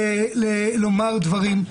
לומר דברים.